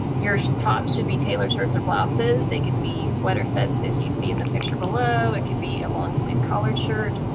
your top should be tailored shirts or blouses. they could be sweater sets. as you see in the picture below, it could be a long-sleeve collared shirt,